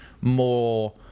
more